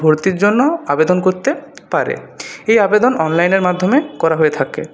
ভর্তির জন্য আবেদন করতে পারে এই আবেদন অনলাইনের মাধ্যমে করা হয়ে থাকে